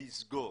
צריך לסגור.